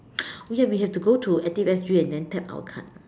oh ya we have to go to active S_G and then tap our card